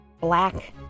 Black